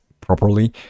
properly